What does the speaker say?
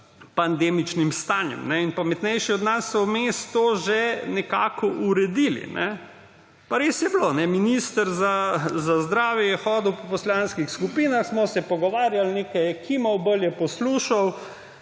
pandemičnim stanjem. In pametnejši od nas so vmes to že nekako uredili. Pa res je bilo, minister za zdravje je hodil po poslanskih skupinah, smo se pogovarjali, nekaj je kimal, bolj je poslušal,